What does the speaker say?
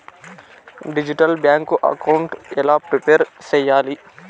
Digital bank account ఎలా prepare సెయ్యాలి?